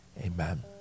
Amen